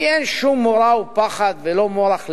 כי אין שום מורא ופחד ולא מורך לב.